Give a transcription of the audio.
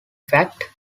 fact